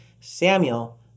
Samuel